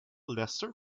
lesser